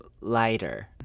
lighter